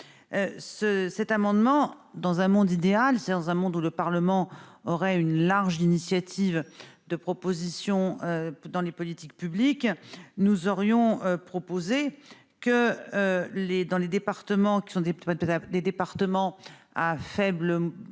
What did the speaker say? cet amendement dans un monde idéal, c'est un monde où le Parlement aurait une large initiative de propositions dans les politiques publiques, nous aurions proposé que les dans les départements qui